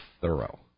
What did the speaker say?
thorough